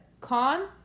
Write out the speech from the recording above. Con